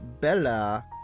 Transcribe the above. Bella